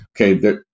okay